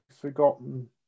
forgotten